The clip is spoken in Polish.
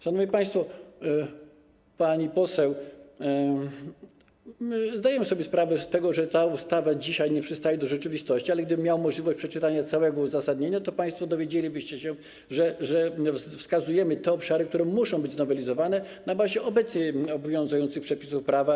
Szanowni państwo, pani poseł, my zdajemy sobie sprawę z tego, że ta ustawa dzisiaj nie przystaje do rzeczywistości, ale gdybym miał możliwość przeczytania całego uzasadnienia, to państwo dowiedzielibyście się, że wskazujemy te obszary, które muszą być znowelizowane na bazie obecnie obowiązujących przepisów prawa.